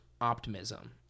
optimism